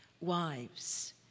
Wives